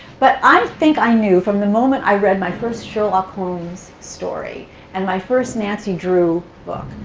but i think i knew, from the moment i read my first sherlock holmes story and my first nancy drew book,